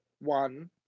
one